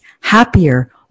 happier